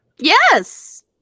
Yes